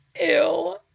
ew